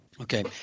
Okay